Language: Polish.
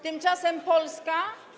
Tymczasem Polska?